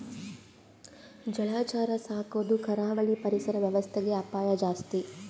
ಜಲಚರ ಸಾಕೊದು ಕರಾವಳಿ ಪರಿಸರ ವ್ಯವಸ್ಥೆಗೆ ಅಪಾಯ ಜಾಸ್ತಿ